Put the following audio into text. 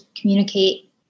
communicate